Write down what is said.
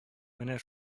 менә